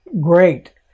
great